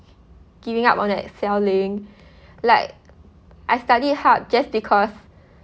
giving up on excelling like I study hard just because